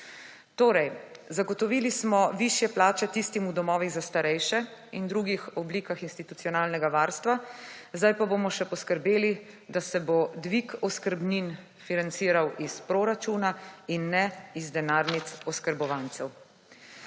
Torej zagotovili smo višje plače tistim v domovih za starejše in drugih oblikah institucionalnega varstva, zdaj pa bomo še poskrbeli, da se bo dvig oskrbnin financiral iz proračuna in ne iz denarnic oskrbovancev.